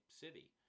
city